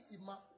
ima